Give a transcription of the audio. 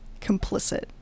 complicit